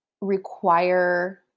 require